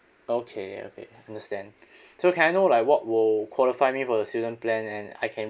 okay okay understand so can I know like what will qualify me for the student plan and I can